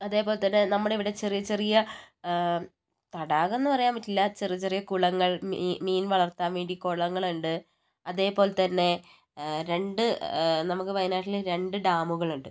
അതേപോലെത്തന്നെ നമ്മുടെ ഇവിടെ ചെറിയ ചെറിയ തടാകം എന്ന് പറയാൻ പറ്റില്ല ചെറിയ ചെറിയ കുളങ്ങൾ മീ മീൻ വളർത്താൻ വേണ്ടി കുളങ്ങൾ ഉണ്ട് അതേപോലെത്തന്നെ രണ്ട് നമുക്ക് വയനാട്ടിൽ രണ്ട് ഡാമുകളുണ്ട്